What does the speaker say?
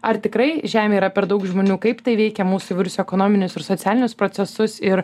ar tikrai žemėje yra per daug žmonių kaip tai veikia mūsų įvairius ekonominius ir socialinius procesus ir